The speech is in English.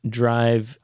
drive